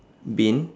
bin